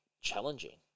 challenging